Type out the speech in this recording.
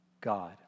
God